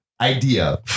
Idea